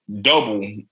double